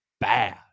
bad